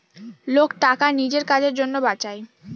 লোক টাকা নিজের কাজের জন্য বাঁচায়